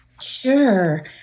Sure